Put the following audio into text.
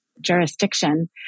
jurisdiction